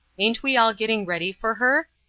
ain't we all getting ready for her?